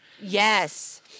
Yes